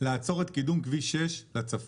החליטה לעצור את קידום כביש 6 לצפון.